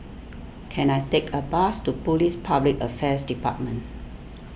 can I take a bus to Police Public Affairs Department